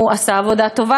הוא עשה עבודה טובה,